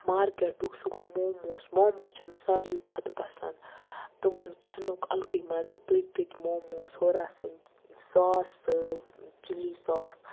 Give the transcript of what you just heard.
مارکیٚٹُک سُہ گوٚو موموز موموز چھِ مےٚ ساروی کھۄتہٕ پَسَنٛد تِمَن کھیٚنُک اَلگٕے مَزٕ تٔتۍ تٔتۍ موموز ہورٕ آسان سوٚاس سۭتۍ چِلی سوٚاس